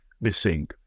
missing